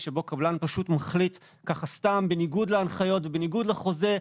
שבו קבלן פשוט מחליט ככה סתם בניגוד להנחיות ובניגוד לחוזה,